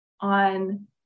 on